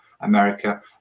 America